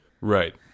Right